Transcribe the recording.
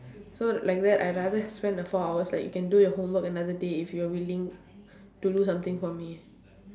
so like that I rather spend the four hours like you can do your homework another day if you're willing to do something for me